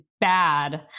bad